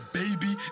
baby